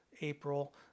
April